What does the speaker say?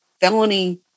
felony